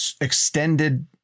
extended